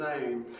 name